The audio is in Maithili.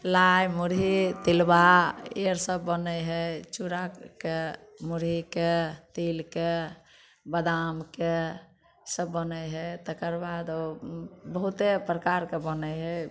लाइ मुढ़ी तिलबा ई आओर सब बनै है चुराके मुढ़ीके तिलके बदामके सब बनै है तकरबाद बहुते प्रकारके बनै है